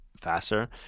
faster